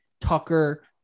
Tucker